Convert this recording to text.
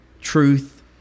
truth